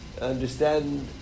understand